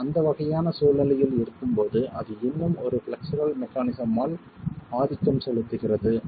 நாம் அந்த வகையான சூழ்நிலையில் இருக்கும்போது அது இன்னும் ஒரு பிளக்ஸர் மெக்கானிஸம் ஆல் ஆதிக்கம் செலுத்துகிறது